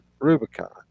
Rubicon